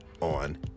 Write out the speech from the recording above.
on